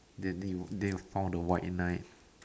then me then you found the white knight